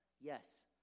yes